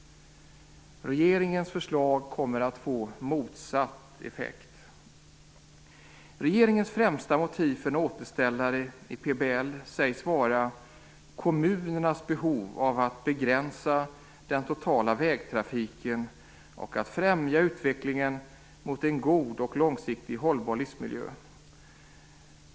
Regeringens förslag kommer att få motsatt effekt. Regeringens främsta motiv för en återställare i PBL sägs vara kommunernas behov av att begränsa den totala vägtrafiken och att främja utvecklingen mot en god och långsiktigt hållbar livsmiljö.